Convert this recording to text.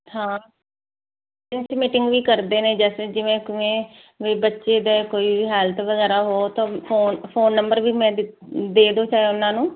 ਹਾਂ parents meeting ਵੀ ਕਰਦੇ ਨੇ ਜੈਸੇ ਜਿਵੇਂ ਕਿਵੇਂ ਵੀ ਬੱਚੇ ਦਾ ਕੋਈ ਹੈਲਥ ਵਗੈਰਾ ਹੋ ਤੋ ਫੋ ਫੋਨ ਨੰਬਰ ਵੀ ਮੈਂ ਦੇ ਦੋ ਚਾਹੇ ਉਹਨਾਂ ਨੂੰ